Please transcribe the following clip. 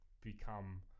become